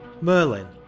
Merlin